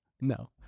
No